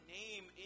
name